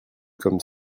comme